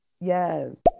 Yes